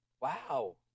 Wow